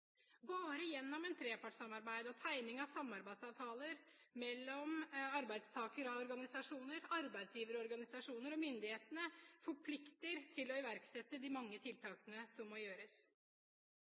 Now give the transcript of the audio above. Bare gjennom et trepartssamarbeid og tegning av samarbeidsavtaler mellom arbeidstakerorganisasjoner, arbeidsgiverorganisasjoner og myndighetene er en forpliktet til å iverksette de mange